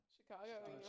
Chicago